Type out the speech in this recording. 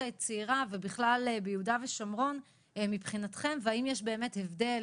הצעירה ובכלל ביהודה ושומרון מבחינתכם והאם יש באמת הבדל,